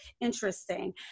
interesting